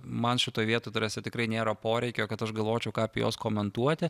man šitoj vietoj ta prasme tikrai nėra poreikio kad aš galvočiau ką apie juos komentuoti